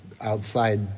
outside